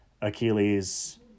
Achilles